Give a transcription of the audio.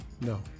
No